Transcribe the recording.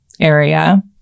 area